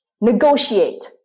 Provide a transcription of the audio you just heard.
negotiate